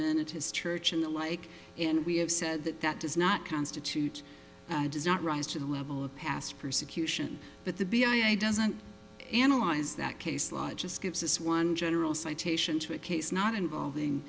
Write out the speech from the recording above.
it is church and the like and we have said that that does not constitute does not rise to the level of past persecution but the b i i doesn't analyze that case law just gives us one general citation to a case not involving